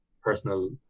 personal